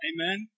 Amen